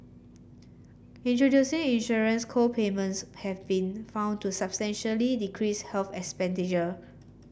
introducing insurance co payments have been found to substantially decrease health expenditure